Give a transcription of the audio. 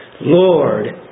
Lord